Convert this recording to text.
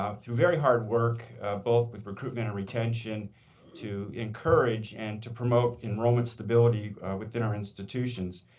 ah through very hard work both with recruitment and retention to encourage and to promote enrollment stability within our institutions.